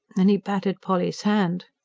and he patted polly's hand.